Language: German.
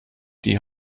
die